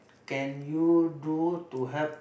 can you do to help